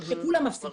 שכולם מפסידים.